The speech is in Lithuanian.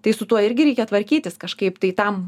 tai su tuo irgi reikia tvarkytis kažkaip tai tam